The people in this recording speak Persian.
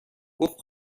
گفت